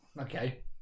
Okay